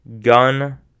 gun